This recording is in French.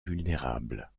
vulnérables